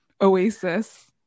oasis